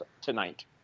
Tonight